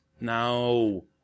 No